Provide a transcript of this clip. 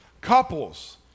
Couples